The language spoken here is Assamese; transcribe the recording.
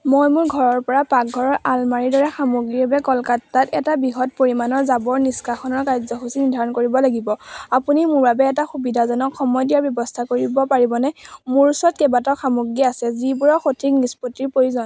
মই মোৰ ঘৰৰপৰা পাকঘৰৰ আলমাৰীৰ দৰে সামগ্ৰীৰ বাবে কলকাতাত এটা বৃহৎ পৰিমাণৰ জাবৰ নিষ্কাশনৰ কাৰ্যসূচী নিৰ্ধাৰণ কৰিব লাগিব আপুনি মোৰ বাবে এটা সুবিধাজনক সময়ত ইয়াৰ ব্যৱস্থা কৰিব পাৰিবনে মোৰ ওচৰত কেইবাটাও সামগ্ৰী আছে যিবোৰৰ সঠিক নিষ্পত্তিৰ প্ৰয়োজন